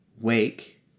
Wake